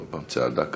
כל פעם צעדה כזאת.